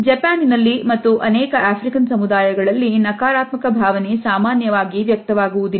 ಜಪಾನ್ನಲ್ಲಿ ಮತ್ತು ಅನೇಕ ಆಫ್ರಿಕನ್ ಸಮುದಾಯಗಳಲ್ಲಿ ನಕಾರಾತ್ಮಕ ಭಾವನೆ ಸಾಮಾನ್ಯವಾಗಿ ವ್ಯಕ್ತವಾಗುವುದಿಲ್ಲ